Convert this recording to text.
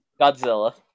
Godzilla